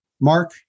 Mark